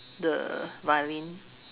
the violin